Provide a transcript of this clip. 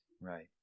right